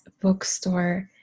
bookstore